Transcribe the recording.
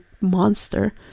monster